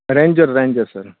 ranger ranger sir